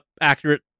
accurate